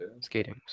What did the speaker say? skating